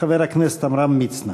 חבר הכנסת עמרם מצנע.